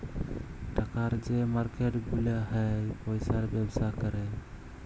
টাকার যে মার্কেট গুলা হ্যয় পয়সার ব্যবসা ক্যরে